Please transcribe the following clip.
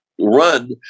run